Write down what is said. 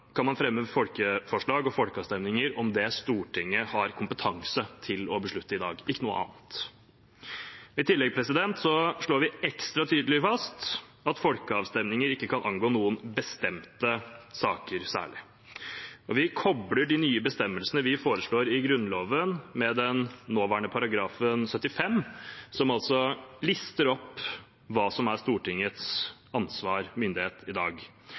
Man skal kunne fremme folkeforslag og folkeavstemninger om det Stortinget har kompetanse til å beslutte i dag, ikke noe annet. I tillegg slår vi ekstra tydelig fast at folkeavstemninger ikke kan angå noen bestemte saker særlig. Vi kobler de nye bestemmelsene vi foreslår i Grunnloven, med nåværende § 75, som altså lister opp hva som er Stortingets ansvar og myndighet i dag.